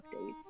updates